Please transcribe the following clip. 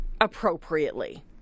appropriately